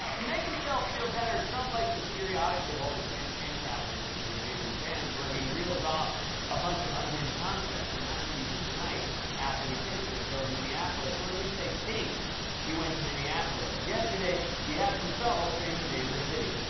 to make himself feel better, trump likes to periodically hold a campaign rally with his remaining fans where he reels off a bunch of unhinged nonsense. and that's what he did tonight after we taped this show in minneapolis, or at least they think he went to minneapolis. yesterday, he had some trouble saying the name of the city.